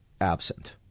absent